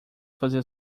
fazer